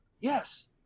yes